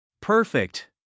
Perfect